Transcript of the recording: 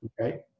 okay